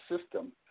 system